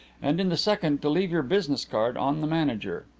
and in the second to leave your business card on the manager.